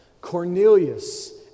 Cornelius